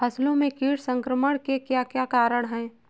फसलों में कीट संक्रमण के क्या क्या कारण है?